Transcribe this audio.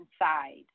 inside